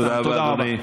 תודה רבה.